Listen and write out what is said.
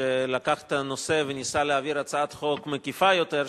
שלקח את הנושא וניסה להעביר הצעת חוק מקיפה יותר,